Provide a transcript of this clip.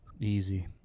Easy